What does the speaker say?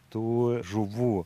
tų žuvų